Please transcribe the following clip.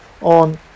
on